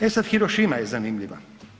E sad, Hirošima je zanimljiva.